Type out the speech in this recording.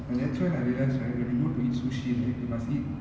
and that's when I realised right when you go to eat sushi right you must eat